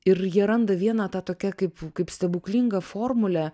ir jie randa vieną tą tokią kaip kaip stebuklingą formulę